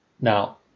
Now